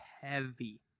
heavy